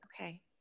Okay